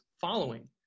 following